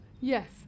Yes